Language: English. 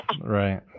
Right